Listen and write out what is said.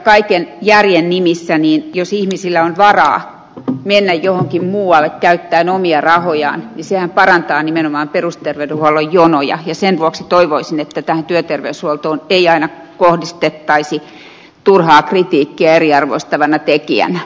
kaiken järjen nimissä jos ihmisillä on varaa mennä johonkin muualle käyttäen omia rahojaan niin sehän parantaa nimenomaan perusterveydenhuollon jonoja ja sen vuoksi toivoisin että tähän työterveyshuoltoon ei aina kohdistettaisi turhaa kritiikkiä eriarvostavana tekijänä